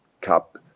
cup